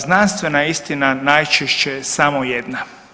Znanstvena istina najčešće je samo jedna.